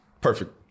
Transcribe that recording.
perfect